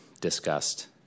discussed